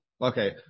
Okay